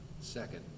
Second